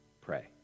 pray